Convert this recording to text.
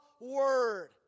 word